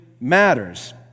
matters